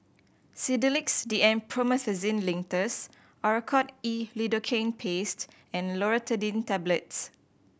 Sedilix D M Promethazine Linctus Oracort E Lidocaine Paste and Loratadine Tablets